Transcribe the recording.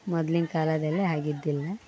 ಮೊದ್ಲಿನ ಕಾಲದಲ್ಲಿ ಹಾಗಿದ್ದಿಲ್ಲ